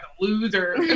loser